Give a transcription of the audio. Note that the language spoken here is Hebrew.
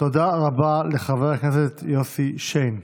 תודה רבה לחבר הכנסת יוסי שיין.